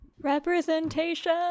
Representation